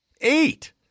Eight